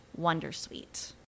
wondersuite